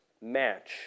match